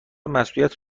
مسئولیت